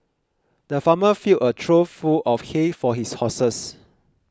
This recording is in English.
the farmer filled a trough full of hay for his horses